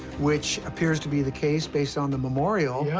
which appears to be the case based on the memorial, yeah